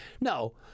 No